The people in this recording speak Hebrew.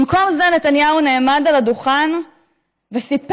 במקום זה נתניהו נעמד על הדוכן וסיפר